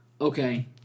okay